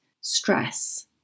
stress